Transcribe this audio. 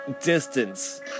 distance